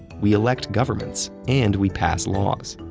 we elect governments, and we pass laws.